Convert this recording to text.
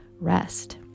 rest